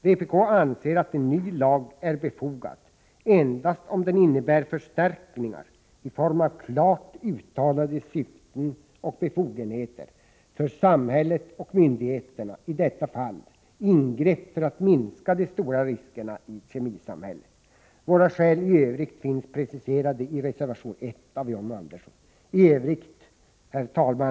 Vpk anser att en ny lag är befogad endast om den innebär förstärkningar i form av klart uttalade syften och befogenheter för samhället och myndigheterna — i detta fall ingrepp för att minska de stora riskerna i kemisamhället. Våra skäl i övrigt finns preciserade i reservation 1 av John Andersson, som jag yrkar bifall till.